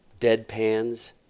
deadpans